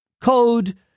code